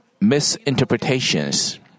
misinterpretations